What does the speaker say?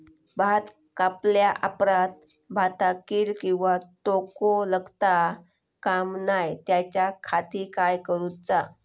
भात कापल्या ऑप्रात भाताक कीड किंवा तोको लगता काम नाय त्याच्या खाती काय करुचा?